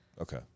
Okay